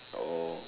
oh